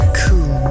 cool